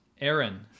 Aaron